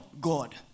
God